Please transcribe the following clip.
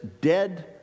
dead